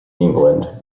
england